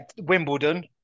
Wimbledon